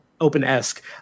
open-esque